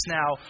now